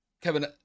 Kevin